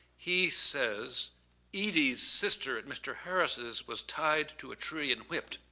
he says edie's sister at mr. harris's was tied to a tree and whipped!